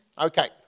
Okay